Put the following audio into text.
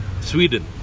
Sweden